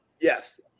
Yes